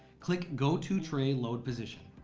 click go to tray load position.